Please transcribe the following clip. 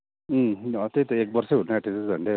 उम्म हो त्यही एक वर्षै हुनु आँटेछ झन्डै अन्त